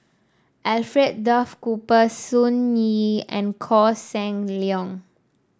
Alfred Duff Cooper Sun Yee and Koh Seng Leong